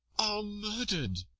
are murder'd.